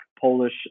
Polish